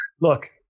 look